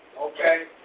Okay